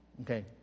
Okay